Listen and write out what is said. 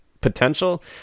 potential